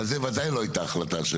זו בוודאי לא הייתה ההחלטה של